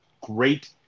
great